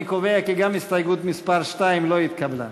אני קובע כי גם הסתייגות מס' 2 לא התקבלה.